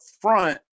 front